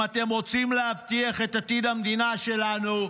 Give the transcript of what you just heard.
אם אתם רוצים להבטיח את עתיד המדינה שלנו,